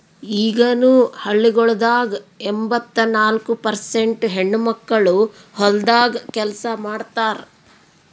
ಈಗನು ಹಳ್ಳಿಗೊಳ್ದಾಗ್ ಎಂಬತ್ತ ನಾಲ್ಕು ಪರ್ಸೇಂಟ್ ಹೆಣ್ಣುಮಕ್ಕಳು ಹೊಲ್ದಾಗ್ ಕೆಲಸ ಮಾಡ್ತಾರ್